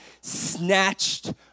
snatched